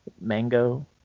mango